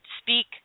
speak